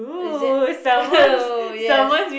is it oh yes